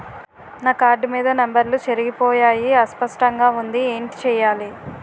నా కార్డ్ మీద నంబర్లు చెరిగిపోయాయి అస్పష్టంగా వుంది ఏంటి చేయాలి?